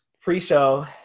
pre-show